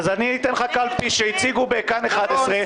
אז אני אביא לך קלפי שבדקו מכאן 11,